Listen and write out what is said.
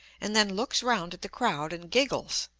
and then looks round at the crowd and giggles.